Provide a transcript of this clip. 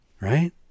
Right